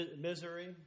misery